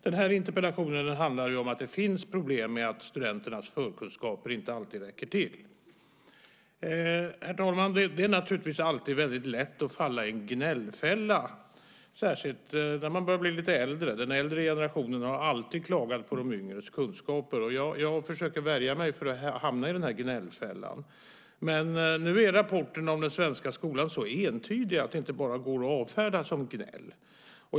Den här interpellationen handlar ju om att det finns problem med att studenternas förkunskaper inte alltid räcker till. Herr talman! Det är naturligtvis alltid väldigt lätt att falla i en gnällfälla, särskilt när man börjar bli lite äldre. Den äldre generationen har alltid klagat på de yngres kunskaper. Jag försöker värja mig mot att hamna i den gnällfällan. Men nu är rapporten om den svenska skolan så entydig att det inte bara går att avfärda det som gnäll.